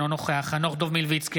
אינו נוכח חנוך דב מלביצקי,